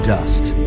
dust.